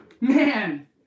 man